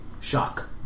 Shock